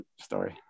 story